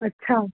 अच्छा